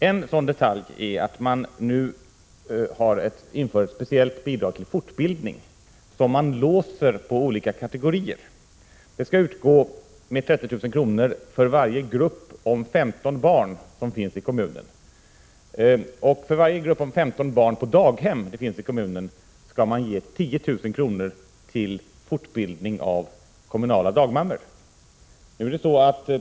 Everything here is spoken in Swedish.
En sådan detalj är att man nu inför ett speciellt bidrag till fortbildning som man låser till olika kategorier. Det skall utgå med 30 000 kr. för varje grupp om 15 barn som finns i kommunen. För varje grupp om 15 barn på daghem som finns i kommunen skall man ge 10 000 kr. till fortbildning av kommunala dagmammor.